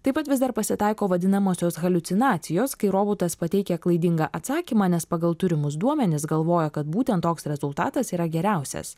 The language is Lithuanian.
taip pat vis dar pasitaiko vadinamosios haliucinacijos kai robotas pateikia klaidingą atsakymą nes pagal turimus duomenis galvoja kad būtent toks rezultatas yra geriausias